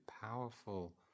powerful